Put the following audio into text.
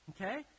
Okay